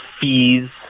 fees